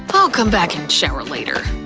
but i'll come back and shower later.